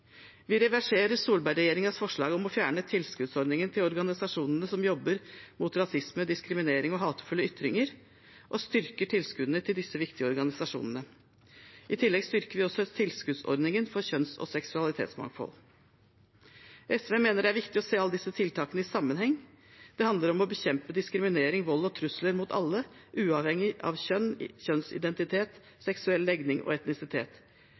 Vi reverserer Solberg-regjeringens forslag om å fjerne tilskuddsordningen til organisasjonene som jobber mot rasisme, diskriminering og hatefulle ytringer, og styrker tilskuddene til disse viktige organisasjonene. I tillegg styrker vi også tilskuddsordningen for kjønns- og seksualitetsmangfold. SV mener det er viktig å se alle disse tiltakene i sammenheng. Det handler om å bekjempe diskriminering, vold og trusler mot alle, uavhengig av kjønn, kjønnsidentitet, seksuell legning og etnisitet.